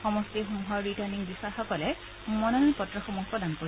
সমষ্টিসমূহৰ returning বিষয়াসকলে মনোনয়ন পত্ৰসমূহ প্ৰদান কৰিব